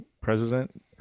president